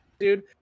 Dude